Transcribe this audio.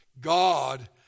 God